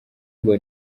ngo